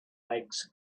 legs